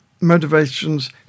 motivations